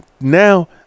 now